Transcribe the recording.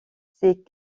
ces